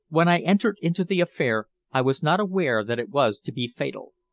when i entered into the affair i was not aware that it was to be fatal.